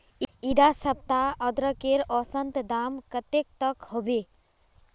इडा सप्ताह अदरकेर औसतन दाम कतेक तक होबे?